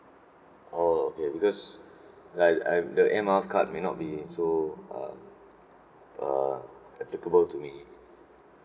oh okay because like I the air miles card may not be so um uh applicable to me